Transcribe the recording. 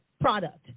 product